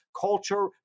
culture